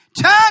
Turn